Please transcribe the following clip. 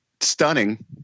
stunning